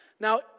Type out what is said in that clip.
Now